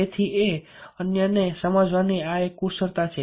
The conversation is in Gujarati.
તેથી એ અન્યને સમજાવવાની આ એક કુશળતા છે